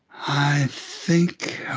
i think